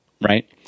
Right